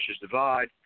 Divide